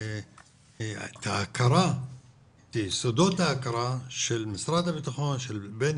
את יסודות ההכרה של משרד הבטחון, של בני,